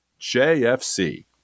JFC